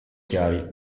chiari